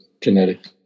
genetic